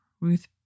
Ruth